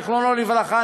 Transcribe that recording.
זכרו לברכה,